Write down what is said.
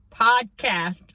podcast